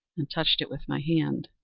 and touched it with my hand.